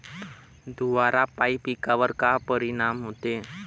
धुवारापाई पिकावर का परीनाम होते?